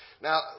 Now